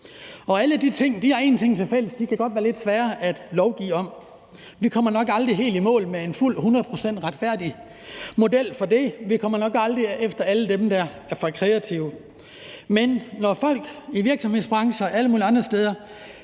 og alle de ting har én ting tilfælles, altså at de godt kan være lidt svære at lovgive om. Vi kommer nok aldrig helt i mål med en fuldt og hundrede procent retfærdig model for det, og vi kommer nok aldrig efter alle dem, der er for kreative. Men når folk i virksomhedsbrancher og alle mulige andre steder